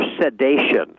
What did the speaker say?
sedation